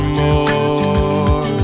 more